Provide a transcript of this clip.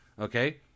Okay